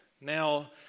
Now